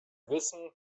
wissen